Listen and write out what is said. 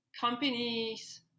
companies